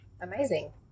amazing